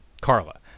Carla